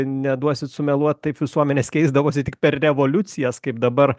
neduosit sumeluot taip visuomenės keisdavosi tik per revoliucijas kaip dabar